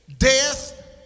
Death